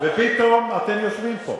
ופתאום אתם יושבים פה.